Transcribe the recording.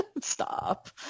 Stop